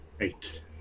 Eight